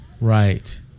Right